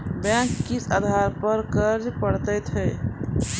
Bank किस आधार पर कर्ज पड़तैत हैं?